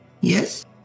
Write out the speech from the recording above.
Yes